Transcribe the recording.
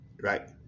Right